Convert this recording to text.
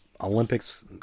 Olympics